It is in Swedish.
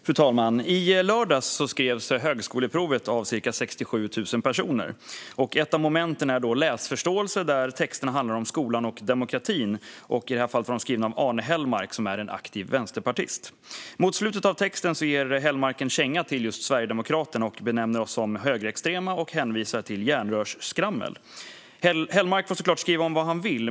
Fru talman! I lördags gjorde ca 67 000 personer högskoleprovet. Ett av momenten är läsförståelse, där texterna handlar om skolan och demokratin. I detta fall var de skrivna av Arne Hellmark, som är en aktiv vänsterpartist. Mot slutet av texten ger Hellmark en känga till just Sverigedemokraterna och benämner oss som högerextrema och hänvisar till järnrörsskrammel. Hellmark får såklart skriva om vad han vill.